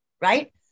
right